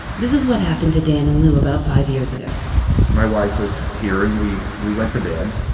this is what happened to dan and lu about five years ago my wife was here and we we went to bed.